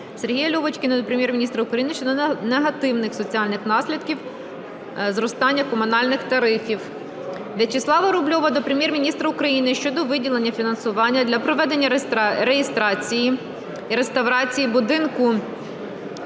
Сергія Льовочкіна до Прем'єр-міністра України щодо негативних соціальних наслідків зростання комунальних тарифів. Вячеслава Рубльова до Прем'єр-міністра України щодо виділення фінансування для проведення реставрації будинку